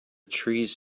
trees